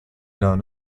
known